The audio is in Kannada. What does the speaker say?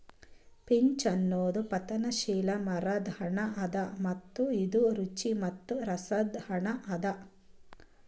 ಪೀಚ್ ಅನದ್ ಪತನಶೀಲ ಮರದ್ ಹಣ್ಣ ಅದಾ ಮತ್ತ ಇದು ರುಚಿ ಮತ್ತ ರಸದ್ ಹಣ್ಣ ಅದಾ